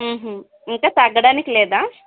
ఇంకా తగ్గడానికి లేదా